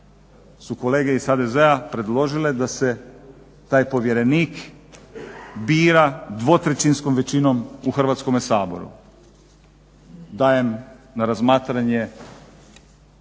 su kolege iz HDZ-a predložile da se taj povjerenik bira dvotrećinskom većinom u Hrvatskome saboru. Dajem na razmatranje